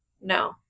No